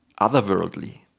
otherworldly